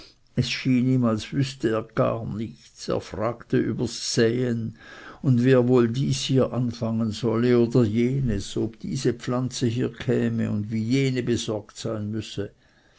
es schien ihm als wüßte er gar nichts er fragte übers säen und wie er wohl dies hier anfangen solle oder jenes ob diese pflanze hier käme wie jene besorgt sein müsse